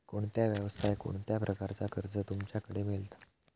कोणत्या यवसाय कोणत्या प्रकारचा कर्ज तुमच्याकडे मेलता?